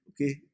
okay